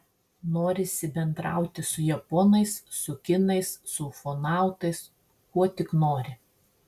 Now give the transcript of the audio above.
norisi bendrauti su japonais su kinais su ufonautais kuo tik nori